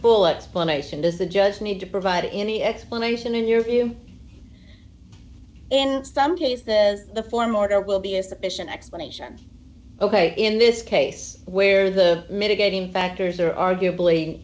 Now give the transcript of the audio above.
full explanation does the judge need to provide any explanation in your view in some cases the form order will be a sufficient explanation ok in this case where the mitigating factors are arguably